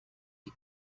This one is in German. die